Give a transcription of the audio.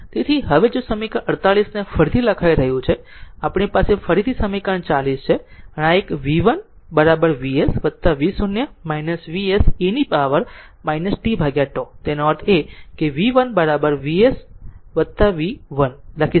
તેથી હવે સમીકરણ 48 ને ફરીથી લખાઈ રહ્યું છે આપણી પાસે ફરીથી આ સમીકરણ 40 છે જો આ એક vvt Vs v0 Vs e power tτ તેનો અર્થ vt Vss vt લખી શકાય